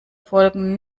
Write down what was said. folgen